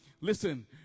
Listen